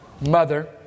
mother